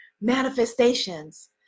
manifestations